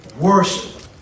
worship